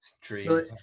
Dream